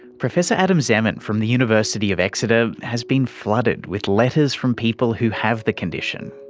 professor adam zeman from the university of exeter has been flooded with letters from people who have the condition.